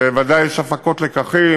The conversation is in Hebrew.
וודאי יש הפקות לקחים